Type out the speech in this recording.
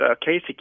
Casey